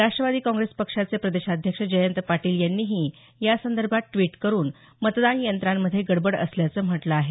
राष्ट्रवादी काँग्रेस पक्षाचे प्रदेशाध्यक्ष जयंत पाटील यांनीही यासंदर्भात ड्वीट करून मतदान यंत्रांमध्ये गडबड असल्याचं म्हटलं आहे